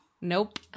Nope